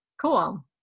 cool